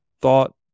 thought